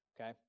Okay